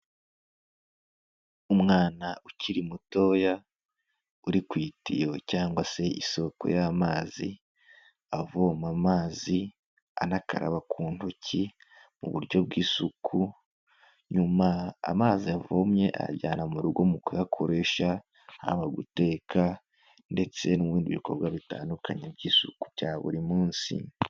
Umwana ukiri mutoya, uri ku itiyo cyangwa se isoko y'amazi, avoma amazi anakaraba ku ntoki mu buryo bw'isuku, nyuma amazi yavomye ayajyana mu rugo mu kuyakoresha, haba guteka ndetse n'ibindi bikorwa bitandukanye by'isuku bya buri munsi.